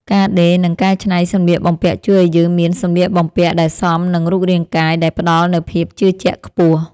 ការដេរ និងកែច្នៃសម្លៀកបំពាក់ជួយឱ្យយើងមានសម្លៀកបំពាក់ដែលសមនឹងរូបរាងកាយ ដែលផ្ដល់នូវភាពជឿជាក់ខ្ពស់។